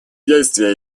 действия